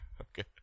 Okay